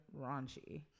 raunchy